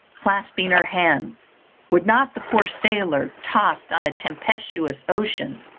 clasping her hands would not the poor sailor, tost on a tempestuous ocean,